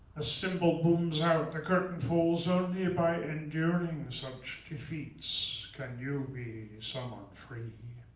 a symbol booms out, the curtain falls, only by enduring such defeats can you be someone free.